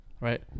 right